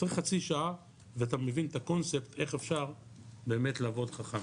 צריך חצי שעה ואתה מבין את הקונספט איך אפשר באמת לעבוד חכם.